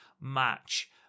Match